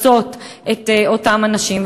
לפצות את אותם אנשים.